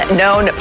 known